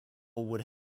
would